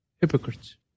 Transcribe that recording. hypocrites